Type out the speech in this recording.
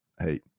Hey